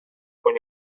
quan